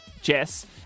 Jess